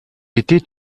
était